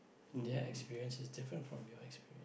their experience is different from your experience